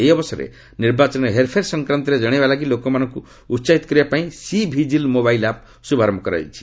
ଏହି ଅବସରରେ ନିର୍ବାଚନରେ ହେର୍ଫେର୍ ସଂକ୍ରାନ୍ତରେ ଜଣାଇବା ଲାଗି ଲୋକମାନଙ୍କ ଉହାହିତ କରିବା ପାଇଁ ସି ଭିଜିଲ୍ ମୋବାଇଲ୍ ଆପ୍ ଶୁଭାରମ୍ଭ କରାଯାଇଛି